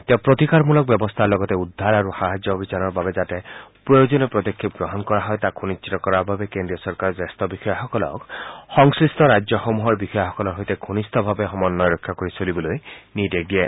তেওঁ প্ৰতিকাৰমূলক ব্যৱস্থাৰ লগতে উদ্ধাৰ আৰু সাহায্য অভিযানৰ বাবে যাতে প্ৰয়োজনীয় পদক্ষেপ গ্ৰহণ কৰা হয় তাক সুনিশ্চিত কৰাৰ বাবে কেন্দ্ৰীয় চৰকাৰৰ জ্যেষ্ঠ বিষয়াসকলক সংশ্লিষ্ট ৰাজ্যসমূহৰ বিষয়াসকলৰ সৈতে ঘনিষ্ঠভাৱে সমন্বয় ৰক্ষা কৰি চলিবলৈ নিৰ্দেশ দিয়ে